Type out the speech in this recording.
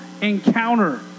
encounter